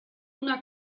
una